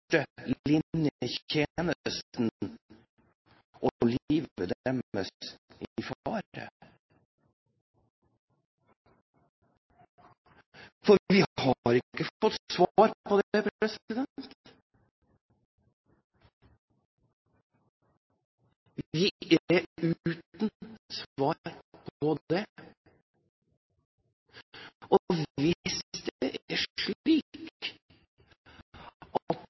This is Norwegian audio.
Vi har ikke fått svar på det – vi er